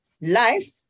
life